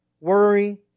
worry